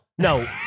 No